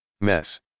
mess